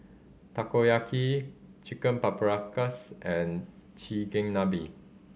Takoyaki Chicken Paprikas and Chigenabe